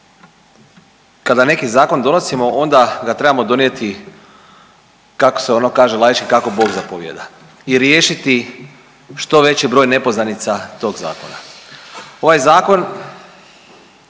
kada neki zakon donosimo, onda ga trebamo donijeti, kako se ono kaže laički, kako Bog zapovijeda. I riješiti što veći broj nepoznanica tog zakona. Ovaj Zakon